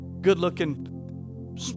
good-looking